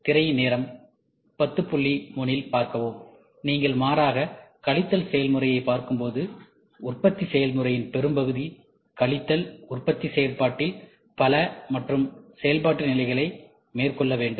திரையின் நேரம் 1003இல் பார்க்கவும் நீங்கள் மாறாக கழித்தல் செயல்முறையை பார்க்கும்போது உற்பத்தி செயல்முறையின் பெரும்பகுதி கழித்தல் உற்பத்தி செயல்பாட்டில் பல மற்றும் செயல்பாட்டு நிலைகளை மேற்கொள்ள வேண்டும்